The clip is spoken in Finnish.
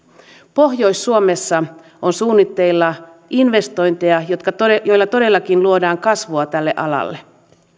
pohjois suomessa on suunnitteilla investointeja joilla todellakin luodaan kasvua tälle alalle